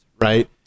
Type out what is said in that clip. right